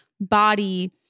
body